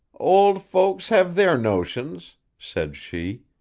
old folks have their notions said she,